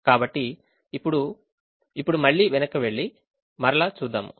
కాబట్టి ఇప్పుడు ఇప్పుడు మళ్లీ వెనక్కి వెళ్లి మరల చూద్దాము